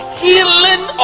healing